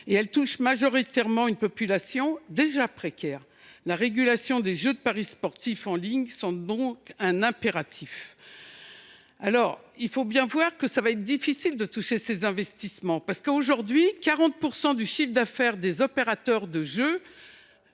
qu’elle touche majoritairement une population déjà fragile. La régulation des jeux de paris sportifs en ligne semble donc un impératif. Cependant, il sera difficile de toucher ces investissements, car, aujourd’hui, 40 % du chiffre d’affaires des opérateurs de jeux,